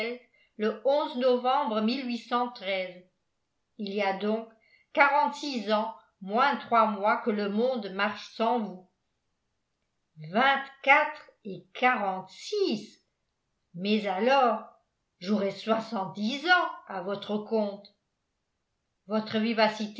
le novembre il y a donc quarante-six ans moins trois mois que le monde marche sans vous vingt-quatre et quarante-six mais alors j'aurais soixante-dix ans à votre compte votre